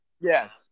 Yes